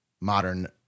modern